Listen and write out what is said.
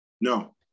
No